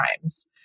times